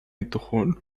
الدخول